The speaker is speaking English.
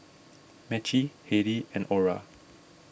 Maci Hailey and Orra